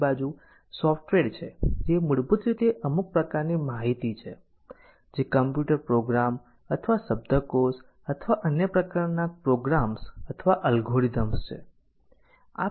બીજી બાજુ સોફ્ટવેર છે જે મૂળભૂત રીતે અમુક પ્રકારની માહિતી છે જે કમ્પ્યુટર પ્રોગ્રામ અથવા શબ્દકોશ અથવા અન્ય પ્રકારના પ્રોગ્રામ્સ અથવા અલ્ગોરિધમ્સ છે